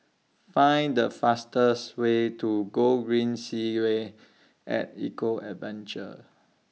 Find The fastest Way to Gogreen Segway At Eco Adventure